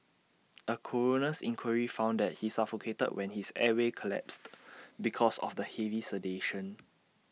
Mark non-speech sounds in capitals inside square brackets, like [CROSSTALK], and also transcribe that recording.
[NOISE] A coroner's inquiry found that he suffocated when his airway collapsed [NOISE] because of the heavy sedation